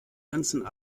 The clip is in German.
ganzen